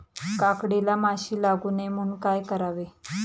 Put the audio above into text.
काकडीला माशी लागू नये म्हणून काय करावे?